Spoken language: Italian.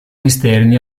esterni